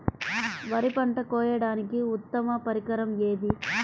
వరి పంట కోయడానికి ఉత్తమ పరికరం ఏది?